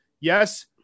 yes